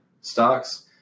stocks